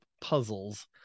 puzzles